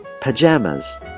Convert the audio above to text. Pajamas